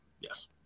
Yes